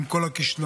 עם כל הכישלונות,